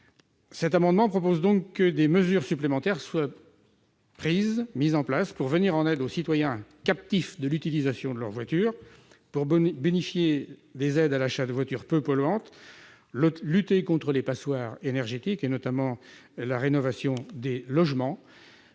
Cet amendement prévoit donc que des mesures supplémentaires soient mises en place pour venir en aide aux citoyens captifs de l'utilisation de la voiture, pour bonifier les aides à l'achat de voitures peu polluantes et lutter contre les « passoires énergétiques » en favorisant la rénovation des logements.